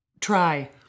try